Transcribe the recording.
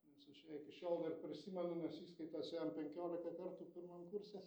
nes aš ją iki šiol net prisimenu nes įskaitos ėjom penkiolika kartų pirmam kurse